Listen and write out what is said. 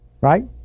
right